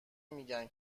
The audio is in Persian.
میگن